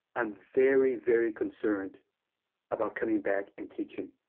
i'm very, very concerned about coming back and teaching